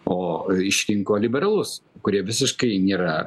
o išrinko liberalus kurie visiškai nėra